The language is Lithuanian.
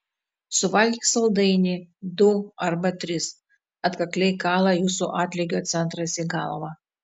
suvalgyk saldainį du arba tris atkakliai kala jūsų atlygio centras į galvą